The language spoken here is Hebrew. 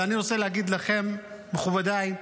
ואני רוצה להגיד לכם, מכובדיי,